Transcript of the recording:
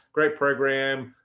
great program.